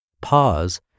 pause